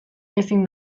ezin